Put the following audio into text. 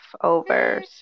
over